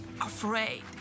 afraid